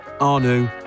Anu